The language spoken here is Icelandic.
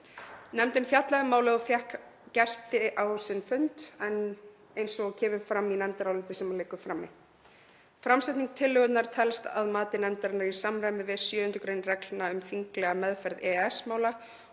Nefndin fjallaði um málið og fékk gesti á sinn fund eins og kemur fram í nefndaráliti sem liggur frammi. Framsetning tillögunnar telst að mati nefndarinnar í samræmi við 7. gr. reglna um þinglega meðferð EES-mála.